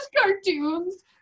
cartoons